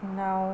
दाउ